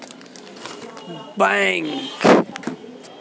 Bank मे loan लै मे कोन सब कागज लागै छै?